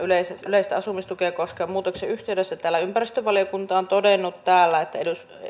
yleistä asumistukea koskevan muutoksen yhteydessä ympäristövaliokunta on todennut täällä